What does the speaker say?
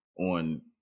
on